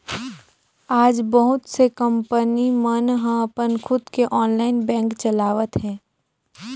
आज बहुत से कंपनी मन ह अपन खुद के ऑनलाईन बेंक चलावत हे